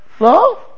no